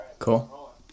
Cool